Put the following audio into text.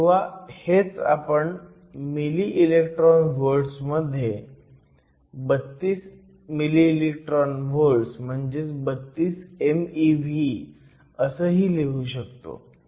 किंवा हेच आपण मिली इलेक्ट्रॉन व्होल्ट्स मध्ये 32 mev असंही लिहू शकतो